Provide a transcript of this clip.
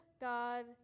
God